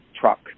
truck